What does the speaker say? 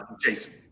Jason